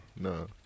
No